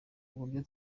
uburyo